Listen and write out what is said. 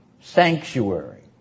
sanctuary